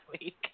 week